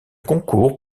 concours